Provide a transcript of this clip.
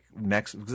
next